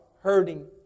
hurting